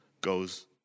goes